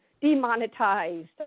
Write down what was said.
demonetized